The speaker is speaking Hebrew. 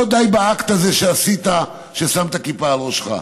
לא די באקט הזה שעשית, ששמת כיפה על ראשך.